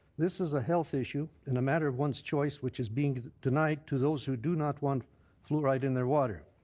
this is a health issue and a matter of one's choice which is being denied to those who do not want fluoride in their water.